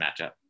matchup